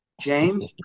James